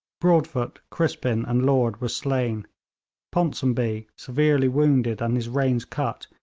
broadfoot, crispin and lord were slain ponsonby, severely wounded and his reins cut,